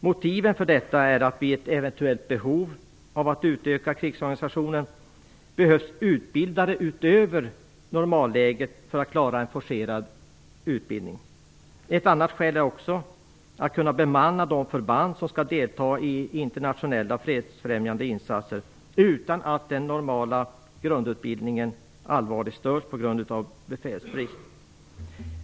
Motiven för detta är att det vid ett eventuellt behov av att utöka krigsorganisationen behövs utbildare utöver normalläget för att klara en forcerad utbildning. Ett annat skäl är att man skall kunna bemanna de förband som skall delta i internationella fredsfrämjande insatser utan att den normala grundutbildningen allvarligt störs på grund av befälsbrist. Fru talman!